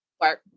work